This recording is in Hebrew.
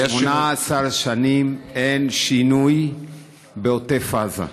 18 שנים אין שינוי בעוטף עזה.